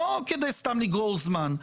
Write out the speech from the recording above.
לא כדאי לגרור זמן סתם,